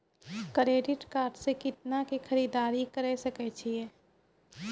Credit card से कितना के खरीददारी करे सकय छियै?